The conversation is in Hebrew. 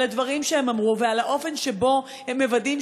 על הדברים שהם אמרו ועל האופן שבו הם מוודאים